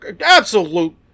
absolute